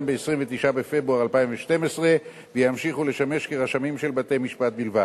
ב-29 בפברואר 2012 וימשיכו לשמש כרשמים של בתי-משפט בלבד.